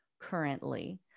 currently